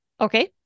Okay